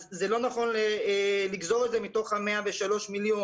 אז זה לא נכון לגזור את זה מתוך ה-103 מיליון,